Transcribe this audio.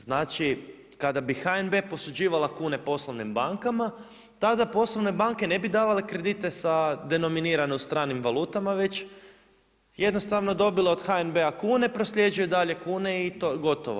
Znači kada bi HNB-e posuđivala kune poslovnim bankama, tada poslovne banke ne bi davale kredite sa denominirano u stranim valutama, već jednostavno dobile od HNB-a kune, prosljeđuje dalje kune i gotovo.